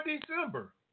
December